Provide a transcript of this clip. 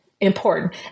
important